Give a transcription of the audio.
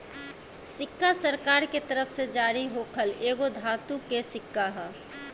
सिक्का सरकार के तरफ से जारी होखल एगो धातु के सिक्का ह